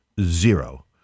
zero